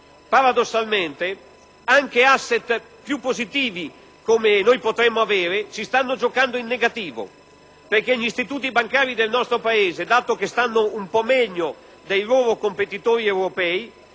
Paradossalmente, anche *asset* più positivi che noi potremmo avere stanno giocando in negativo, perché gli istituti bancari del nostro Paese, dato che stanno un po' meglio dei loro competitori europei,